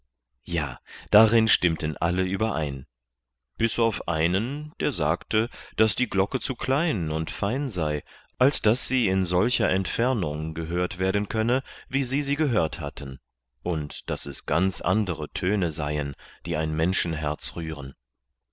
ja darin stimmten alle überein bis auf einen der sagte daß die glocke zu klein und fein sei als daß sie in solcher entfernung gehört werden könne wie sie sie gehört hatten und daß es ganz andere töne seien die ein menschenherz rühren